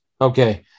okay